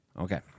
Okay